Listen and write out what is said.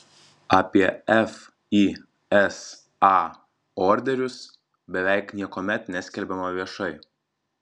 apie fisa orderius beveik niekuomet neskelbiama viešai